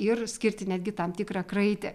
ir skirti netgi tam tikrą kraitį